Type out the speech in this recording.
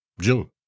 June